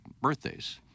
birthdays